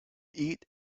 eat